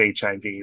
HIV